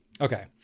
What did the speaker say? Okay